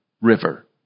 river